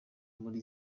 muri